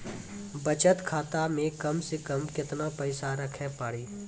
बचत खाता मे कम से कम केतना पैसा रखे पड़ी?